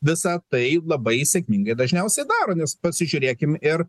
visa tai labai sėkmingai dažniausiai daro nes pasižiūrėkim ir